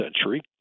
century